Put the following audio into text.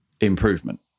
improvement